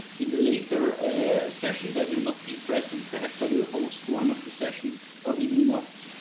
in the later ah sessions i will not be present. perhaps i will host one of the sessions or even not.